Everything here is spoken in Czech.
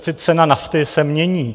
Přece cena nafty se mění.